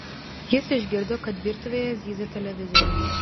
jis išgirdo kad virtuvėje zyzia televizorius